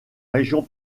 région